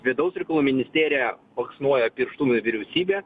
vidaus reikalų ministerija baksnoja pirštu į vyriausybę